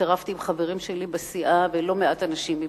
התערבתי עם חברים שלי בסיעה, ולא מעט אנשים מבחוץ.